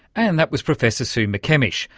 and that was professor sue mckemmish,